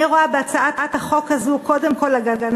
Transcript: אני רואה בהצעת החוק הזו קודם כול הגנה